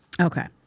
Okay